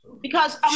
Because-